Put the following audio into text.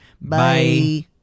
Bye